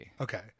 Okay